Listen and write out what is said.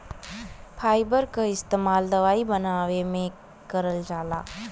fibre क इस्तेमाल दवाई बनावे में करल जाला